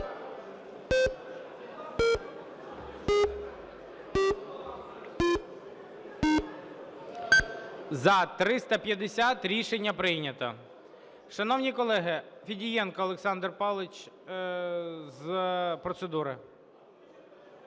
За-350 Рішення прийнято.